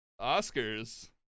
Oscars